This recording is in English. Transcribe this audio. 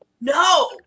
No